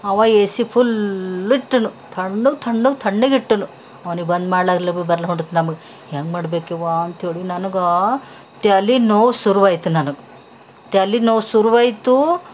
ಅವ A C full ಇಟ್ಟನು ತಣ್ಣಗೆ ತಣ್ಣಗೆ ತಣ್ಣಗೆ ಇಟ್ಟನು ಅವ್ನಿಗೆ ಬಂದ್ ಮಾಡ್ಲರ ಬರ್ಲ ಹೊಂಟದ ನಮಗೆ ಹೆಂಗೆ ಮಾಡಬೇಕ್ಯವ್ವ ಅಂತೇಳಿ ನನಗ ತ್ಯಲಿ ನೋವು ಶುರು ಆಯ್ತು ನನಗ ತ್ಯಲಿ ನೋವು ಶುರು ಆಯಿತು